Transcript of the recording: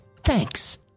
Thanks